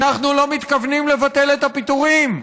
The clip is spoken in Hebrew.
אנחנו לא מתכוונים לבטל את הפיטורים.